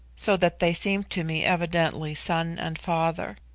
so that they seemed to me evidently son and father.